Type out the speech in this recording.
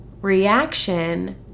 reaction